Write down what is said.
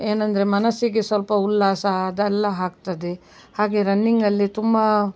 ಏನೆಂದ್ರೆ ಮನಸ್ಸಿಗೆ ಸ್ವಲ್ಪ ಉಲ್ಲಾಸ ಅದೆಲ್ಲ ಆಗ್ತದೆ ಹಾಗೆ ರನ್ನಿಂಗಲ್ಲಿ ತುಂಬ